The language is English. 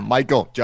Michael